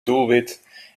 doelwit